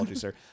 sir